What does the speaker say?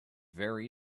very